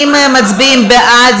אם מצביעים בעד,